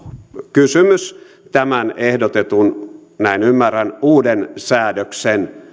kysymys tämän ehdotetun näin ymmärrän uuden säädöksen